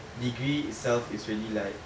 degree itself is already like